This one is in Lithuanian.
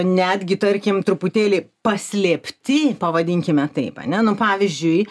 netgi tarkim truputėlį paslėpti pavadinkime taip ane nu pavyzdžiui